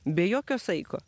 be jokio saiko